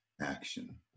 action